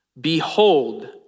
Behold